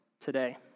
today